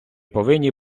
повинні